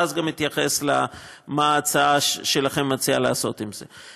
ואז גם אתייחס למה שההצעה שלכם מציעה לעשות עם זה.